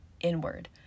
inward